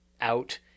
out